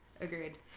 Agreed